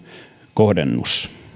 kohdennus